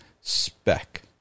spec